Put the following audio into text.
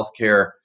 healthcare